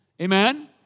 Amen